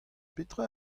petra